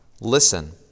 Listen